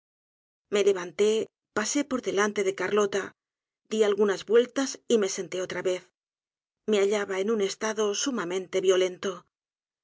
me levanté pasé por delante de carlota di algunas vueltas y me senté otra vez me hallaba en un estado sumamente violento